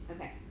Okay